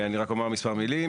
אני רק אומר מספר מילים.